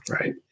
right